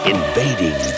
Invading